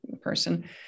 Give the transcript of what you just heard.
person